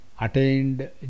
attained